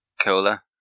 cola